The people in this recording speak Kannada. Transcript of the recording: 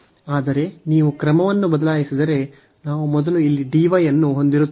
ಆದರೆ ನೀವು ಕ್ರಮವನ್ನು ಬದಲಾಯಿಸಿದರೆ ನಾವು ಮೊದಲು ಇಲ್ಲಿ dy ಅನ್ನು ಹೊಂದಿರುತ್ತೇವೆ